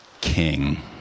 king